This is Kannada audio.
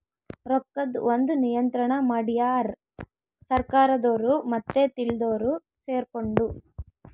ರೊಕ್ಕದ್ ಒಂದ್ ನಿಯಂತ್ರಣ ಮಡ್ಯಾರ್ ಸರ್ಕಾರದೊರು ಮತ್ತೆ ತಿಳ್ದೊರು ಸೆರ್ಕೊಂಡು